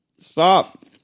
stop